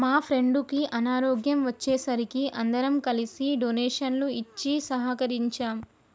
మా ఫ్రెండుకి అనారోగ్యం వచ్చే సరికి అందరం కలిసి డొనేషన్లు ఇచ్చి సహకరించాం